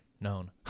known